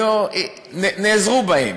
נעזרו בהם.